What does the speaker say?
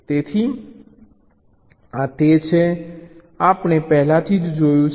તેથી આ તે છે જે આપણે પહેલાથી જ જોયું છે